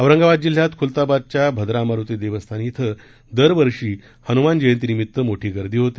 औरंगाबाद जिल्ह्यात ख्लताबादच्या भद्रा मारुती देवस्थान इथं दरवर्षी हन्मान जयंतीनिमित मोठी गर्दी होते